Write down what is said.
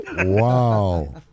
Wow